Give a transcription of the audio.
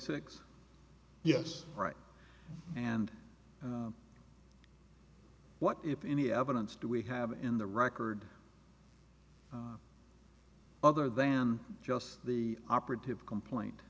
six yes right and what if any evidence do we have in the record other than just the operative complaint